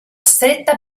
stretta